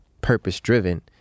purpose-driven